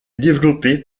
développé